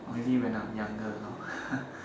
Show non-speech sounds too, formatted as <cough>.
or maybe when I am younger lor <laughs>